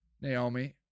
Naomi